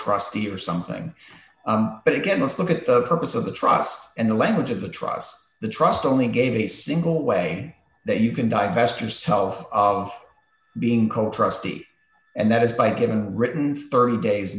trustee or something but again let's look at the purpose of the trust and the language of the trust the trust only gave a single way that you can divest yourself of being co trustee and that is by giving written furry days